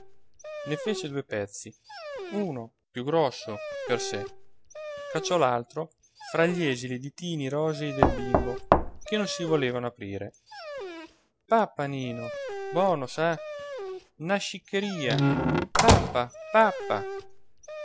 ne fece due pezzi uno più grosso per sé cacciò l'altro fra gli esili ditini rosei del bimbo che non si volevano aprire pappa nino bono sa na sciccheria pappa pappa